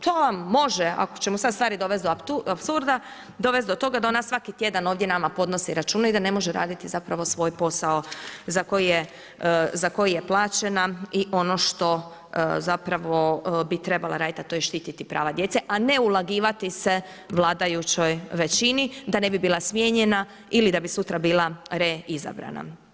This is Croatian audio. To vam može, ako ćemo sad stvari do apsurda, dovesti do toga da ona svaki tjedan ovdje nama podnosi račune i da ne može raditi zapravo svoj posao za koji je plaćena i ono što zapravo bi trebala raditi, a to je štiti prava djece, a ne ulagivati se vladajućoj većini da ne bi bila smijenjena ili da bi sutra bila reizabrana.